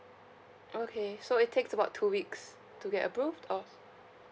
okay so it takes about two weeks to get approved oh